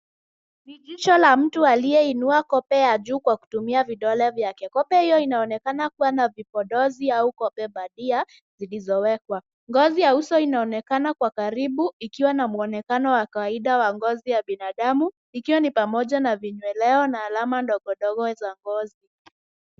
Ni jicho la mtu aliyeinua kope ya juu kwa kutumia vidole vyake. Kope hiyo inaonekana kuwa na vipodozi au kope bandia zilizowekwa. Ngozi ya uso inaonekana kwa karibu, ikiwa na muonekano ya kawaida wa ngozi ya binadamu, ikiwa ni pamoja na vinyweleo na alama ndogo ndogo za ngozi.